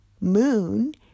moon